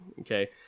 Okay